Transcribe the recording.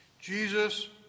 Jesus